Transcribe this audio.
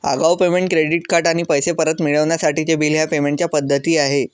आगाऊ payment, credit card आणि पैसे परत मिळवण्यासाठीचे बिल ह्या पेमेंट च्या पद्धती आहे